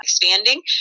expanding